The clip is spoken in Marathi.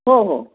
हो हो